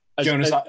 Jonas